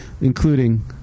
including